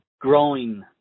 growing